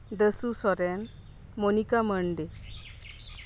Dasu Soren Monika Mandi